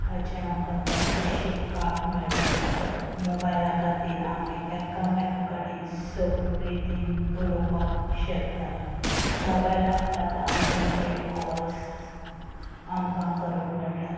हाचें आमकां जायतें शिकपाक मेळटा मोबायला खातीर आमी एकामेका कडेन सोंपें रितीन उलोवपाक शकता मोबायलाक आतां अनलिमिटेड कॉल्स आमकां करूंक मेळटा